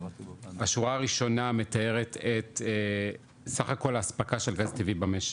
השורה הראשונה מתארת את סך הכל האספקה של גז טבעי במשק,